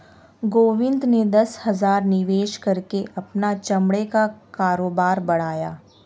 गोविंद ने दस हजार निवेश करके अपना चमड़े का कारोबार बढ़ाया